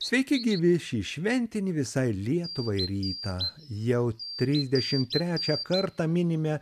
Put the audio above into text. sveiki gyvi šį šventinį visai lietuvai rytą jau trisdešimt trečią kartą minime